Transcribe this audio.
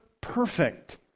perfect